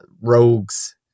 rogues